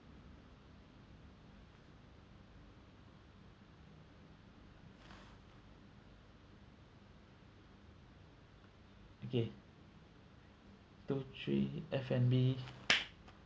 okay two three F&B